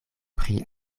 pri